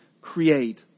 create